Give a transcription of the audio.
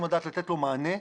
וצריך לתת לו מענה.